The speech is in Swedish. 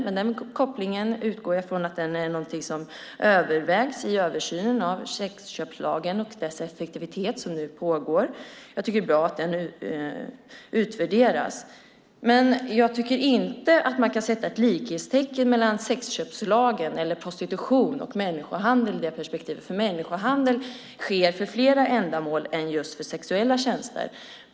Men jag utgår från att den kopplingen är någonting som övervägs i den översyn av sexköpslagen och dess effektivitet som nu pågår. Jag tycker att det är bra att detta utvärderas. Men jag tycker inte att man kan sätta ett likhetstecken mellan sexköpslagen eller prostitution och människohandel i det perspektivet, för människohandel sker för flera ändamål än just för sexuella tjänster.